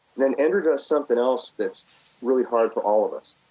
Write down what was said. then ender does something else that's really hard for all of us.